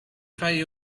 five